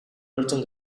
lortzen